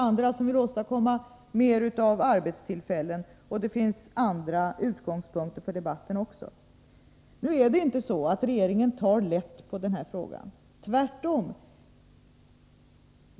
Andra vill åstadkomma mer av arbetstillfällen. Det finns ytterligare utgångspunkter för debatten. Det är inte så att regeringen tar lätt på den här frågan, tvärtom.